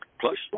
Plus